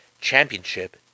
Championship